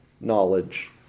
knowledge